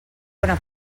bona